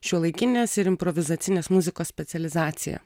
šiuolaikinės ir improvizacinės muzikos specializacija